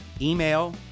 email